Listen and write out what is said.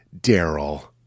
Daryl